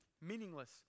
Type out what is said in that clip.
meaningless